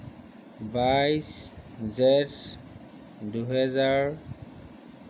বাইছ জেঠ দুহেজাৰ